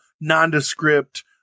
nondescript